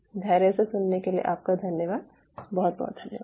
धैर्य से सुनने के लिए आपका धन्यवाद बहुत बहुत धन्यवाद